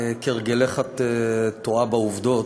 כהרגלך את טועה בעובדות.